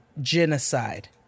genocide